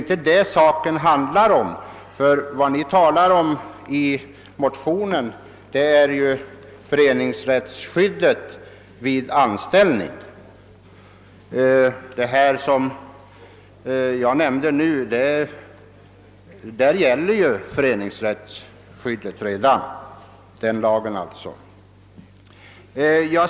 Men det är inte detta det rör sig om, ty i motionen talas det ju om föreningsrättsskyddet vid anställning. I det fall jag nämnde gäller ju redan lagen om föreningsrättsskydd.